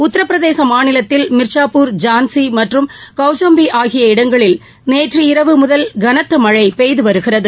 உத்திரபிரதேச மாநிலத்தில் மிர்ஷாபூர் ஜான்ஸி மற்றும் கௌசம்பி ஆகிய இடங்களில் நேற்று இரவு முதல் கனத்த மழை பெய்து வருகிறது